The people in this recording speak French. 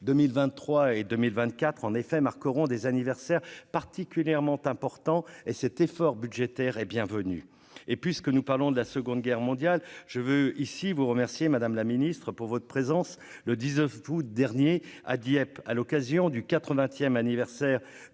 2023 et 2024 en effet marqueront des anniversaires particulièrement important et cet effort budgétaire et bienvenue et puisque nous parlons de la seconde guerre mondiale je veux ici, vous remercier, Madame la Ministre, pour votre présence le 19 août dernier à Dieppe, à l'occasion du 80ème anniversaire du